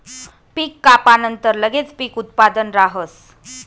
पीक कापानंतर लगेच पीक उत्पादन राहस